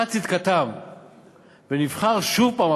הוכחה צדקתם ונבחר שוב פעם,